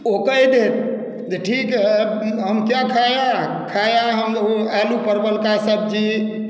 ओ कहि देत जे ठीक है हम क्या खाया खाया हम वो आलू परबल का सब्जी